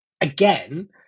again